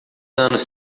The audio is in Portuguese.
anos